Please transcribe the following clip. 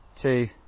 two